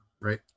right